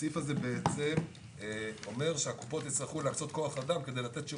הסעיף הזה בעצם אומר שהקופות יצטרכו להקצות כוח אדם כדי לתת שירותים.